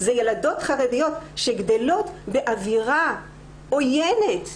אלה ילדות חרדיות שגדלות באווירה עוינת.